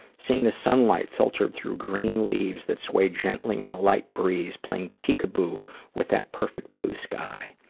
seeing the sunlight filtered through green leaves that sway gently in a light breeze, playing peekaboo with that perfect blue sky.